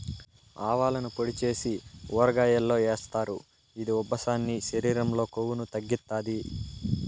ఆవాలను పొడి చేసి ఊరగాయల్లో ఏస్తారు, ఇది ఉబ్బసాన్ని, శరీరం లో కొవ్వును తగ్గిత్తాది